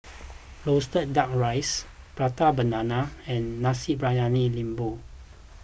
Roasted Duck Rice Prata Banana and Nasi Briyani Lembu